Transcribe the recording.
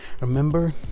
remember